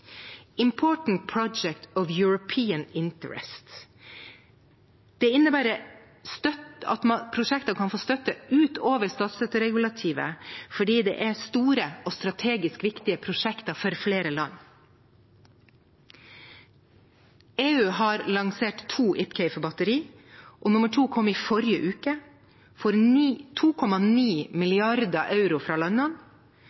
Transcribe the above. Important Project of Common European Interest. Det innebærer at prosjektene kan få støtte utover statsstøtteregulativet fordi det er store og strategisk viktige prosjekter for flere land. EU har lansert to IPCEI-er for batteri, og nummer to kom i forrige uke, for